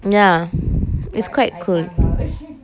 ya it's quite cool